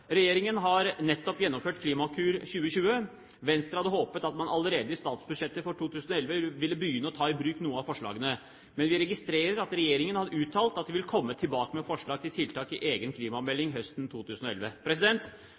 Regjeringen har nettopp gjennomført Klimakur 2020. Venstre hadde håpet at man allerede i statsbudsjettet for 2011 ville begynne å ta i bruk noen av forslagene. Men vi registrerer at regjeringen har uttalt at den vil komme tilbake med forslag til tiltak i egen klimamelding høsten 2011.